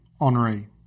Henri